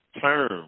term